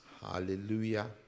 Hallelujah